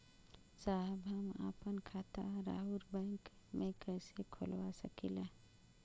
साहब हम आपन खाता राउर बैंक में कैसे खोलवा सकीला?